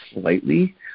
slightly